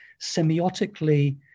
semiotically